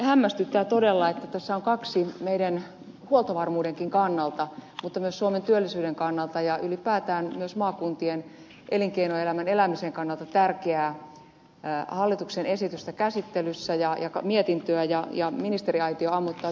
hämmästyttää todella että tässä on kaksi meidän huoltovarmuudenkin kannalta mutta myös suomen työllisyyden kannalta ja ylipäätään myös maakuntien elinkeinoelämän elämisen kannalta tärkeää hallituksen esitystä ja mietintöä käsittelyssä ja ministeriaitio ammottaa tyhjyyttään